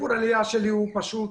סיפור העלייה שלי הוא פשוט.